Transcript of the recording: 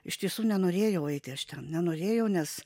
iš tiesų nenorėjau eiti aš ten nenorėjau nes